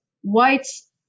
Whites